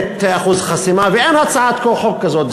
ואין הצעת חוק כזאת.